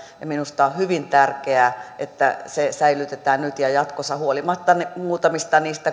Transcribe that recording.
ja minusta on hyvin tärkeää että se säilytetään nyt ja jatkossa huolimatta muutamista